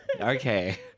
Okay